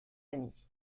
amis